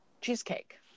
cheesecake